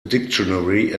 dictionary